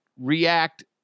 react